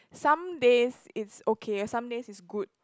some days it's okay some days it's good